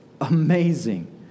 amazing